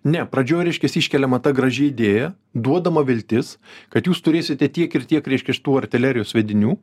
ne pradžioj reiškias iškeliama ta graži idėja duodama viltis kad jūs turėsite tiek ir tiek reiškia šitų artilerijos sviedinių